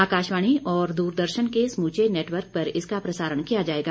आकाशवाणी और दूरदर्शन के समूचे नेटवर्क पर इसका प्रसारण किया जायेगा